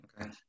Okay